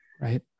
Right